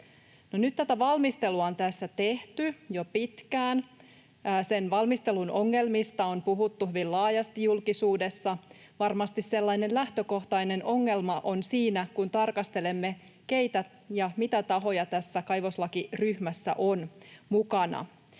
nyt tätä valmistelua on tässä tehty jo pitkään. Sen valmistelun ongelmista on puhuttu hyvin laajasti julkisuudessa. Varmasti sellainen lähtökohtainen ongelma on siinä, kun tarkastelemme, keitä ja mitä tahoja tässä kaivoslakiryhmässä on mukana.